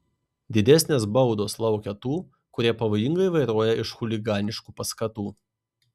didesnės baudos laukia tų kurie pavojingai vairuoja iš chuliganiškų paskatų